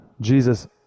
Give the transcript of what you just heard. Jesus